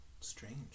strange